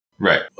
Right